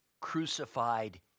crucified